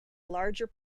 larger